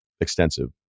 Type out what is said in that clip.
extensive